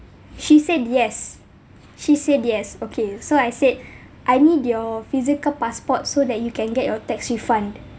she said yes she said yes okay so I said I need your physical passport so that you can get your tax refund